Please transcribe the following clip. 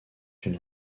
une